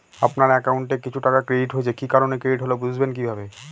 আপনার অ্যাকাউন্ট এ কিছু টাকা ক্রেডিট হয়েছে কি কারণে ক্রেডিট হল বুঝবেন কিভাবে?